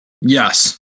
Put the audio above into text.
yes